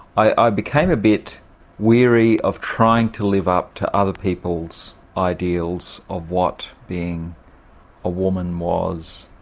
i became a bit weary of trying to live up to other people's ideals of what being a woman was.